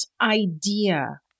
idea